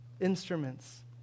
instruments